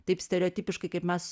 taip stereotipiškai kaip mes